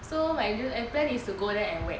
so my plan is to go there and whack